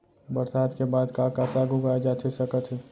बरसात के बाद का का साग उगाए जाथे सकत हे?